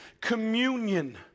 communion